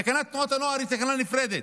תקנת תנועות הנוער היא תקנה נפרדת.